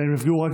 אלא נפגעו גם